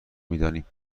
میدانیم